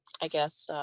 i guess